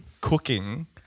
cooking